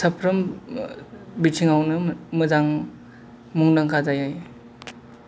साफ्रोम बिथिङावनो मोजां मुंदांखा जायो